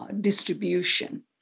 distribution